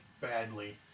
badly